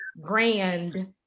grand